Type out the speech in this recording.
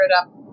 up